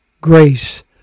grace